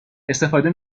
استفاده